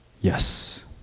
Yes